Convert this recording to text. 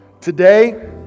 Today